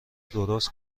درست